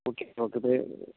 okay பத்து பேர்